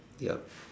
yup